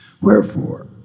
Wherefore